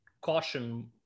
caution